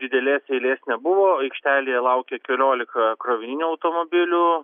didelės eilės nebuvo aikštelėje laukė keliolika krovininių automobilių